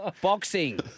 Boxing